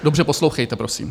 Dobře poslouchejte, prosím.